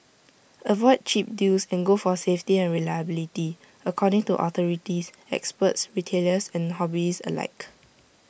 avoid cheap deals and go for safety and reliability according to authorities experts retailers and hobbyists alike